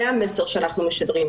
זה המסר שאנחנו משדרים,